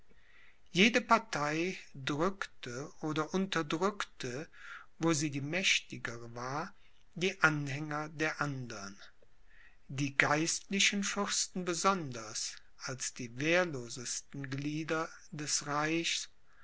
jede partei drückte oder unterdrückte wo sie die mächtigere war die anhänger der andern die geistlichen fürsten besonders als die wehrlosesten glieder des reicht